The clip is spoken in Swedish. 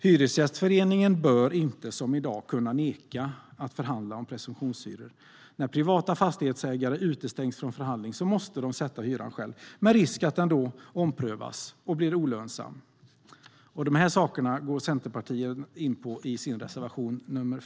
Hyresgästföreningen bör inte, som i dag, kunna neka till att förhandla om presumtionshyror. När privata fastighetsägare utestängs från förhandling måste de sätta hyran själva, med risk att den omprövas och blir olönsam. De här sakerna går Centerpartiet in på i sin reservation nr 5.